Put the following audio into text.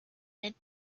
mid